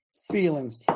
feelings